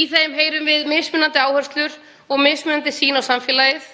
Í þeim heyrum við mismunandi áherslur og mismunandi sýn á samfélagið,